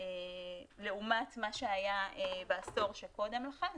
לעומת מה שהיה בעשור שקודם לכן,